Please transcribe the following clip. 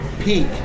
peak